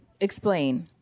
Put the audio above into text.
Explain